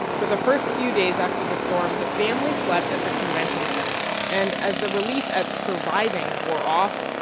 for the first few days after the storm, the family slept at the convention center. and as the relief at surviving wore off,